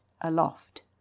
aloft